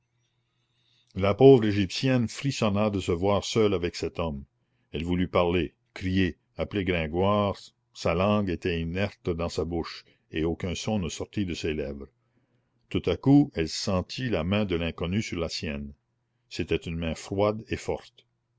la pauvre égyptienne frissonna de se voir seule avec cet homme elle voulut parler crier appeler gringoire sa langue était inerte dans sa bouche et aucun son ne sortit de ses lèvres tout à coup elle sentit la main de l'inconnu sur la sienne c'était une main froide et forte